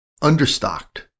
understocked